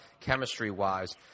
chemistry-wise